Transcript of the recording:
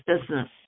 business